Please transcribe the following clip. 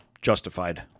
Justified